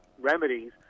remedies